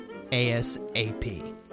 ASAP